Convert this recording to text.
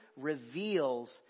reveals